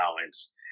allowance